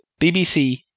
BBC